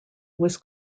was